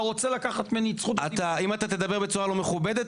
אתה רוצה לקחת ממני את זכות הדיבור --- אם אתה תדבר בצורה לא מכובדת,